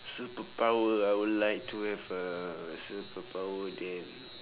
superpower I would like to have a superpower that